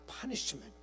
punishment